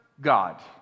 God